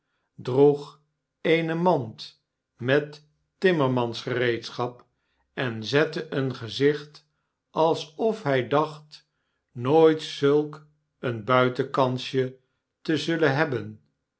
droeg eene mand mettimmermansgereedschap en zette een gezicht alsof hij dacht nooit zulk een buitenkansje te zullen hebben